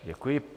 Děkuji.